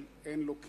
אבל אין לו קבר.